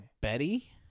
Betty